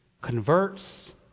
converts